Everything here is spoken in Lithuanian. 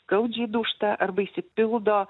skaudžiai dūžta arba išsipildo